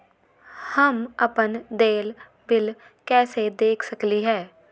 हम अपन देल बिल कैसे देख सकली ह?